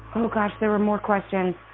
oh gosh. there were more questions.